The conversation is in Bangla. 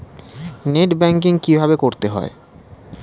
নেট ব্যাঙ্কিং কীভাবে করতে হয়?